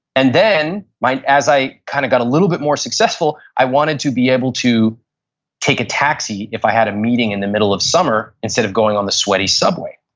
and then as i kind of got a little bit more successful, i wanted to be able to take a taxi if i had a meeting in the middle of summer instead of going on the sweaty subway.